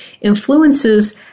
influences